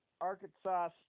Arkansas